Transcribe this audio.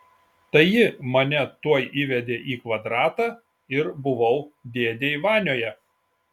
tai ji mane tuoj įvedė į kvadratą ir buvau dėdėj vanioje